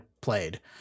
played